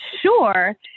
sure